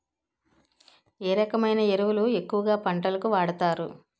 ఏ రకమైన ఎరువులు ఎక్కువుగా ఏ పంటలకు వాడతారు?